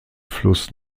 fluss